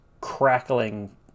crackling